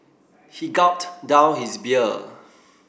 he gulped down his beer